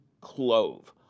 clove